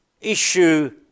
issue